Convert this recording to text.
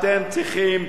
אתם צריכים,